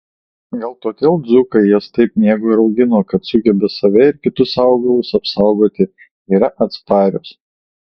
gal todėl dzūkai jas taip mėgo ir augino kad sugeba save ir kitus augalus apsaugoti yra atsparios